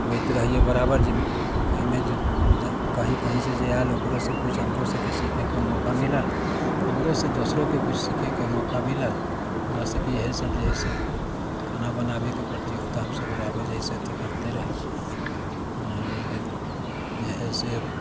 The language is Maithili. होइत रहैए बराबर जे एहिमे जे कहीँ कहीँसँ जे आयल ओकरोसँ किछु हमरोसभके सीखयके मौका मिलल हमरोसँ दोसरोके किछु सीखयके मौका मिलल हमरासभके इएहसभ जे हइ से खाना बनाबयके प्रतियोगिता हमसभ बराबर जे हइ से अथी करिते रहैत छी हइ ने एही लेल जे हइ से